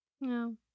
No